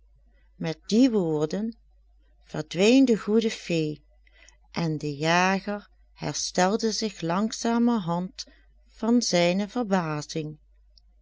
met die woorden verdween de goede fee en de jager herstelde zich langzamerhand van zijne verbazing